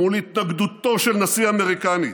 מול התנגדותו של נשיא אמריקני,